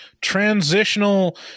transitional